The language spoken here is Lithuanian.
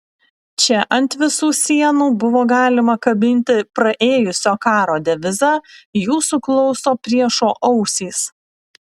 čia ant visų sienų buvo galima kabinti praėjusio karo devizą jūsų klauso priešo ausys